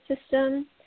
system